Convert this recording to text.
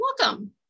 Welcome